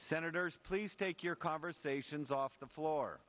senators please take your conversations off the floor